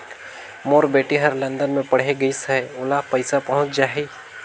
मोर बेटी हर लंदन मे पढ़े गिस हय, ओला पइसा पहुंच जाहि?